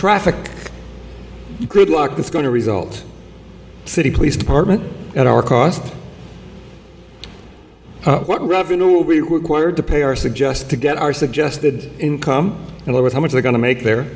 traffic gridlock is going to result city police department at our cost what revenue will be required to pay our suggest to get our suggested income and look at how much they're going to make the